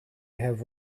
have